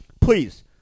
Please